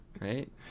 Right